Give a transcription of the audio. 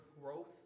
growth